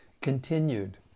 continued